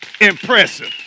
impressive